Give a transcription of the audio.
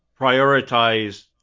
prioritize